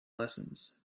lessons